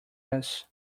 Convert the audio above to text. this